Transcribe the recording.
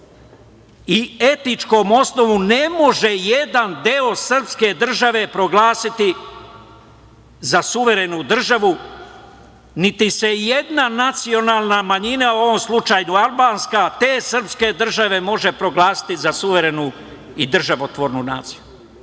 i etičkom osnovu ne može jedan deo srpske države proglasiti za suverenu državu, niti se jedna nacionalna manjina, u ovom slučaju albanska, te srpske države može proglasiti za suverenu i državotvornu naciju